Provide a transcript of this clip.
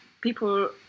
people